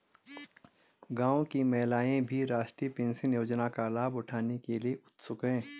गांव की महिलाएं भी राष्ट्रीय पेंशन योजना का लाभ उठाने के लिए उत्सुक हैं